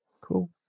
Cool